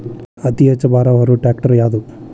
ಅತಿ ಹೆಚ್ಚ ಭಾರ ಹೊರು ಟ್ರ್ಯಾಕ್ಟರ್ ಯಾದು?